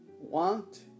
want